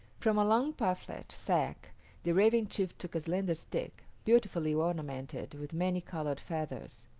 from a long parfleche sack the raven chief took a slender stick, beautifully ornamented with many-colored feathers.